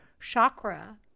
chakra